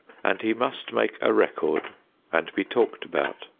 and he must make a record and be talked about.